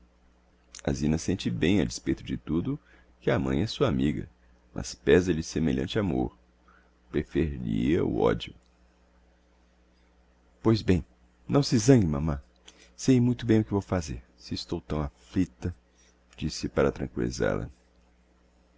zina sente bem a despeito de tudo que a mãe é sua amiga mas pésa lhe semelhante amor preferir lhe hia o odio pois bem não se zangue mamã sei muito bem o que vou fazer se eu estou tão afflicta disse para